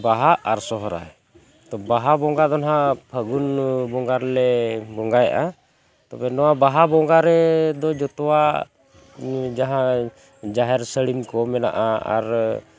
ᱵᱟᱦᱟ ᱟᱨ ᱥᱚᱦᱨᱟᱭ ᱛᱚ ᱵᱟᱦᱟ ᱵᱚᱸᱜᱟ ᱫᱚ ᱱᱟᱜ ᱯᱷᱟᱹᱜᱩᱱ ᱵᱚᱸᱜᱟ ᱨᱮᱞᱮ ᱵᱚᱸᱜᱟᱭᱮᱜᱼᱟ ᱛᱚᱵᱮ ᱱᱚᱣᱟ ᱵᱟᱦᱟ ᱵᱚᱸᱜᱟ ᱨᱮᱫᱚ ᱡᱷᱚᱛᱚᱣᱟᱜ ᱡᱟᱦᱟᱸ ᱡᱟᱦᱮᱨ ᱥᱟᱹᱲᱤᱢ ᱠᱚ ᱢᱮᱱᱟᱜᱼᱟ ᱟᱨ